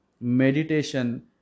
Meditation